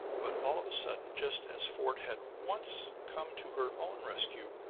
but all of a sudden, just as fort had once come to her own rescue,